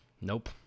nope